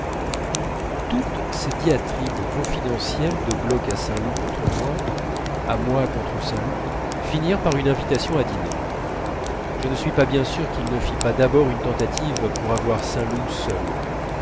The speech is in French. toutes ces diatribes confidentielles de bloch à saint loup contre moi à moi contre saint loup finirent par une invitation à dîner je ne suis pas bien sûr qu'il ne fit pas d'abord une tentative pour avoir saint loup seul